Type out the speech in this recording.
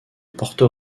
porto